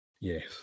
Yes